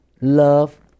love